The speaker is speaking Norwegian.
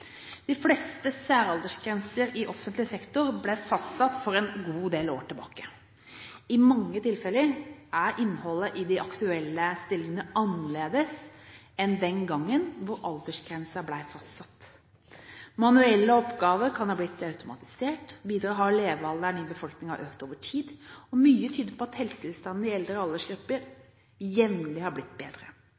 De fleste særaldersgrenser i offentlig sektor ble fastsatt for en god del år siden. I mange tilfeller er innholdet i de aktuelle stillingene annerledes enn den gangen hvor aldersgrensen ble fastsatt. Manuelle oppgaver kan ha blitt automatisert. Videre har levealderen i befolkningen økt over tid, og mye tyder på at helsetilstanden i eldre aldersgrupper jevnlig har blitt bedre.